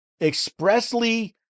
expressly